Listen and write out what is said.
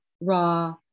raw